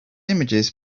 images